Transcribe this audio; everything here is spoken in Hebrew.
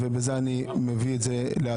אני מביא את זה להצבעה.